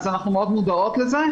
מאוד מודעות לזה,